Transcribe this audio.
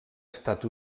estat